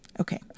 Okay